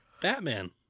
Batman